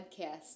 podcast